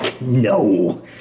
No